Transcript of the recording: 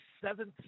seventh